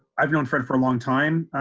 i've known fred for a long time.